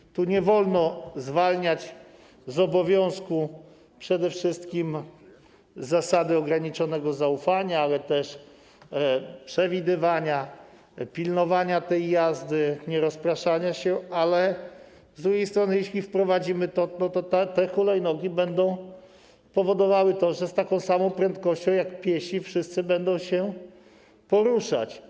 I tu nie wolno zwalniać z obowiązku, przede wszystkim z zasady ograniczonego zaufania, ale też przewidywania, pilnowania tej jazdy, nierozpraszania się, ale z drugiej strony jeśli to wprowadzimy, to te hulajnogi będą powodowały to, że z taką samą prędkością jak piesi wszyscy będą się poruszać.